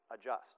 Adjust